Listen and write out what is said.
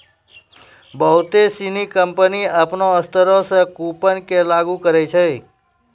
बहुते सिनी कंपनी अपनो स्तरो से कूपन के लागू करै छै